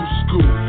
school